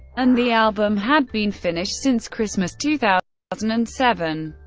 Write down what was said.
and the album had been finished since christmas two thousand and and seven.